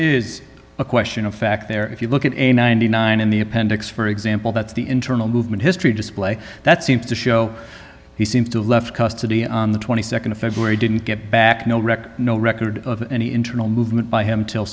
is a question of fact there if you look at a ninety nine in the appendix for example that's the internal movement history display that seems to show he seems to left custody on the nd of february didn't get back no record no record of any internal movement by him til